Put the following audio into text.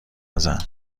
نزن